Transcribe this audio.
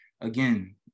again